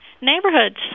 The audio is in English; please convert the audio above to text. neighborhoods